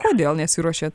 kodėl nesiruošiat